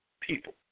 people